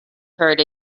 heard